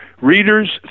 readers